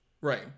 Right